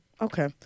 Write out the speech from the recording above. Okay